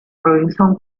robinson